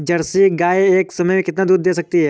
Jersey गाय एक समय में कितना दूध दे सकती है?